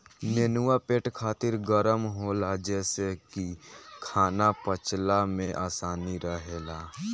नेनुआ पेट खातिर गरम होला जेसे की खाना पचला में आसानी रहेला